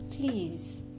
please